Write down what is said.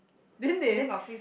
then they